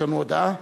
יש לנו הודעה?